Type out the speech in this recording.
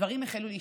דברים החלו להשתבש.